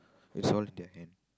it's all in their hand